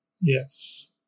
Yes